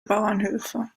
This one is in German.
bauernhöfe